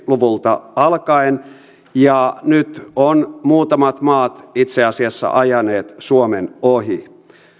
luvulta alkaen ja nyt ovat muutamat maat itse asiassa ajaneet suomen ohi